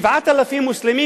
7,000 מוסלמים,